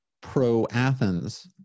pro-Athens